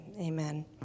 amen